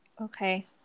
okay